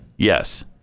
Yes